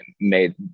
made